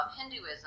Hinduism